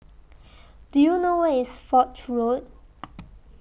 Do YOU know Where IS Foch Road